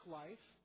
life